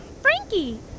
Frankie